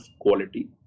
quality